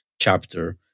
chapter